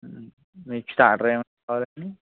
మీకు స్టార్టర్ ఏమన్న కావాలా అండి